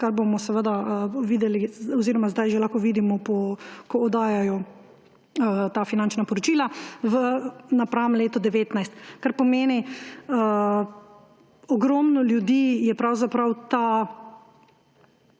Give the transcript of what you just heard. kar bomo seveda videli oziroma zdaj že lahko vidimo, ko oddajajo ta finančna poročila ‒ napram letu 2019. To pomeni, ogromno ljudi je pravzaprav to